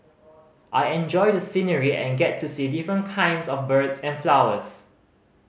i enjoy the scenery and get to see different kinds of birds and flowers